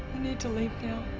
need to leave now.